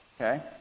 okay